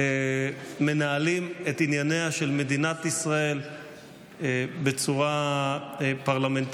מנהלים את ענייניה של מדינת ישראל בצורה פרלמנטרית,